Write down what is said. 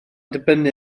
dibynnu